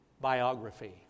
biography